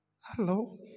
hello